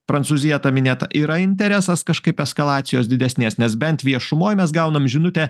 prancūzija ta minėta yra interesas kažkaip eskalacijos didesnės nes bent viešumoj mes gaunam žinutę